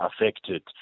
affected